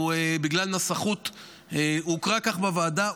בגלל נסחות הוא הוקרא כך בוועדה,